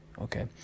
Okay